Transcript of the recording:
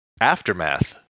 Aftermath